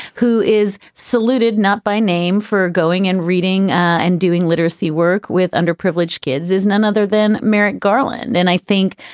who is saluted not by name for going and reading and doing literacy work with underprivileged kids is none other than merrick garland. and i think,